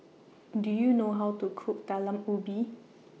Do YOU know How to Cook Talam Ubi